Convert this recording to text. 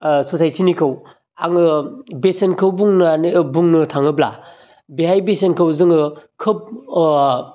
सचाइटिनिखौ आङो बेसेनखौ बुंनानै बुंनो थाङोब्ला बेहाय बेसेनखौ जोङो खोब